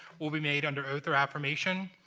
will be made under oath or affirmation.